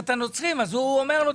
אז הוא אומר לו,